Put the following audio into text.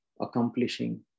accomplishing